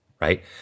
right